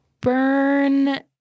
burn